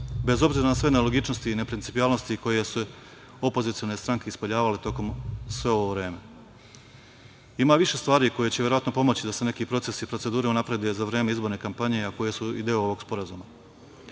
bez obzira na sve nelogičnosti i neprincipijelnosti koje su opozicione stranke ispoljavale sve ovo vreme. Ima više stvari koje će verovatno pomoći da se neki procesi i procedure unaprede za vreme izborne kampanje, a koje su i deo ovog sporazuma.